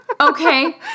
Okay